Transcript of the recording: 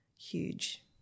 huge